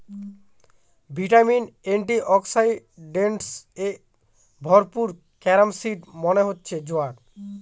vitamin, antioxidants এ ভরপুর carom seed মানে হচ্ছে জোয়ান